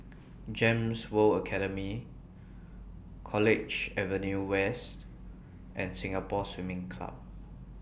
Gems World Academy College Avenue West and Singapore Swimming Club